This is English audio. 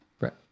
Right